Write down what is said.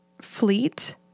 fleet